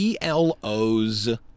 ELO's